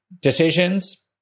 decisions